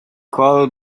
call